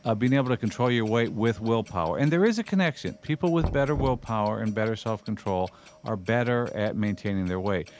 ah being able to control your weight with willpower. and there is a connection people with better willpower and better self-control are better at maintaining their weight.